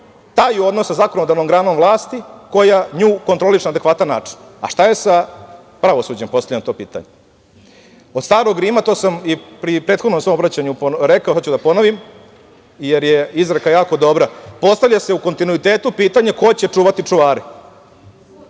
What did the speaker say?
taj odnos sa zakonodavnom granom vlasti, koja nju kontroliše na adekvatan način. Šta je sa pravosuđem, postavljam to pitanje? Od starog Rima, to sam i u prethodnom svom obraćanju rekao i ponoviću, jer je izreka jako dobra, postavlja se u kontinuitetu pitanje ko će čuvati čuvare?